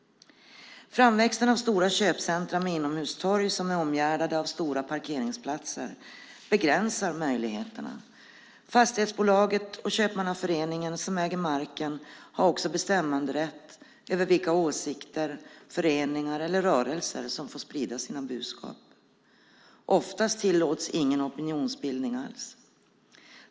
Framväxten av stora köpcentrum med inomhustorg som är omgärdade av stora parkeringsplatser begränsar möjligheterna. Fastighetsbolaget och köpmannaföreningen som äger marken har bestämmanderätt över vilka åsikter, föreningar eller rörelser som får sprida sina budskap. Oftast tillåts ingen opinionsbildning alls.